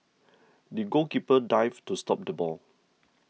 the goalkeeper dived to stop the ball